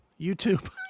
YouTube